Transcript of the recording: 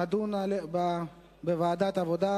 לדיון מוקדם בוועדת העבודה,